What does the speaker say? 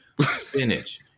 spinach